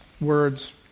words